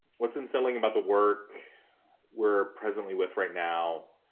what's unsettling about the work we're presently with right now,